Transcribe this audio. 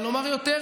בדיוק.